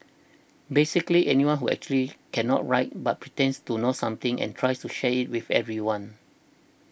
basically anyone who actually cannot write but pretends to know something and tries to share it with everyone